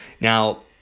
now